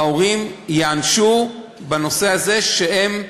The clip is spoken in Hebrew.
ההורים ייענשו בנושא הזה שהם,